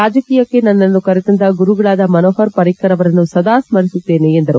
ರಾಜಕೀಯಕ್ಕೆ ನನ್ನನ್ನು ಕರೆತಂದ ಗುರುಗಳಾದ ಮನೋಹರ್ ಪರಿಕ್ಕರ್ ಅವರನ್ನು ಸದಾ ಸ್ಕರಿಸುತ್ತೇನೆ ಎಂದರು